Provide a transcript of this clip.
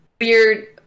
weird